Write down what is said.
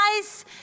guys